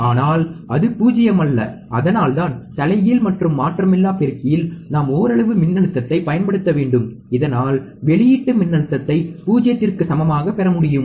ஆனால் அது 0 அல்ல அதனால்தான் தலைகீழ் மற்றும் மாற்றமிலா பெருக்கியில் நாம் ஓரளவு மின்னழுத்தத்தைப் பயன்படுத்த வேண்டும் இதனால் வெளியீட்டு மின்னழுத்தத்தை 0 க்கு சமமாகப் பெற முடியும்